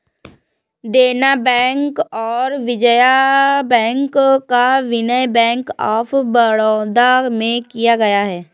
देना बैंक और विजया बैंक का विलय बैंक ऑफ बड़ौदा में किया गया है